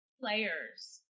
players